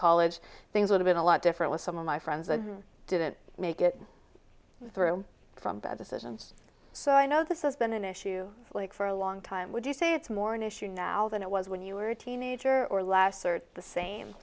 college things would've been a lot different with some of my friends that didn't make it through from bad decisions so i know this has been an issue like for a long time would you say it's more an issue now than it was when you were a teenager or less or the same